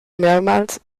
mehrmals